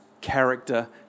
character